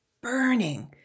burning